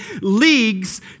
leagues